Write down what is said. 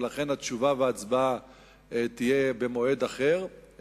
ולכן התשובה וההצבעה יהיו במועד אחר,